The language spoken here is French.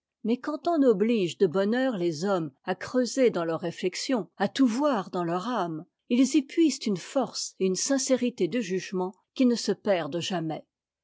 mais quand on oblige de bonne heure les hommes à creuser dans leur réflexion à tout voir dans leur âme ils y puisent une force et une sincérité de jugement qui ne se perdent jamais